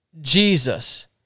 Jesus